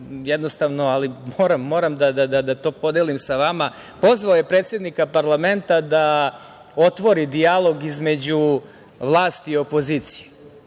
se smejem, moram to da podelim sa vama, pozvao je predsednika parlamenta da otvori dijalog između vlasti i opozicije.